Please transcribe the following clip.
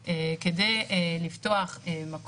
תחשבו פעמיים אם לא לבטל את החופשה המשפחתית זה לא נאמר בצורה ברורה